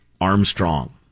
armstrong